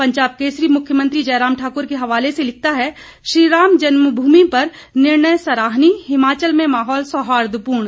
पंजाब केसरी मुख्यमंत्री जयराम ठाकुर के हवाले से लिखता है श्रीराम जन्म भूमि पर निर्णय सराहनीय हिमाचल में माहौल सौहार्दपूर्ण